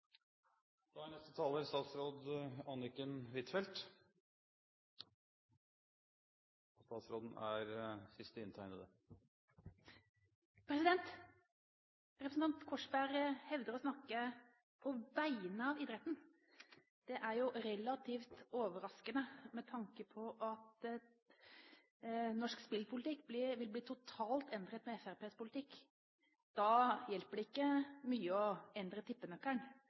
Korsberg hevder å snakke på vegne av idretten. Det er relativt overraskende med tanke på at norsk spillpolitikk vil bli totalt endret med Fremskrittspartiets politikk. Da hjelper det ikke mye å endre tippenøkkelen,